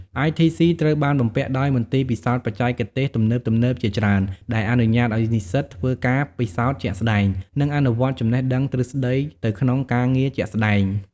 ITC ត្រូវបានបំពាក់ដោយមន្ទីរពិសោធន៍បច្ចេកទេសទំនើបៗជាច្រើន ដែលអនុញ្ញាតឱ្យនិស្សិតធ្វើការពិសោធន៍ជាក់ស្តែង និងអនុវត្តចំណេះដឹងទ្រឹស្តីទៅក្នុងការងារជាក់ស្តែង។